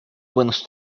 buenos